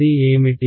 అది ఏమిటి